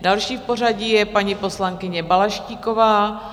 Další v pořadí je paní poslankyně Balaštíková.